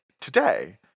today